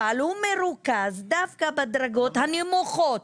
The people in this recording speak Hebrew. אבל הוא מרוכז דווקא בדרגות הנמוכות,